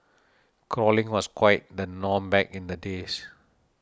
crawling was quite the norm back in the days